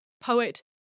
poet